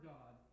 God